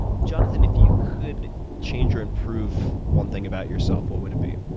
jonathan, if you could change or improve one thing about yourself, what would it be?